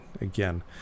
again